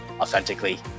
authentically